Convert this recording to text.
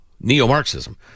neo-Marxism